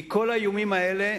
כל האיומים האלה,